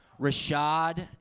Rashad